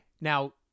Now